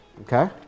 okay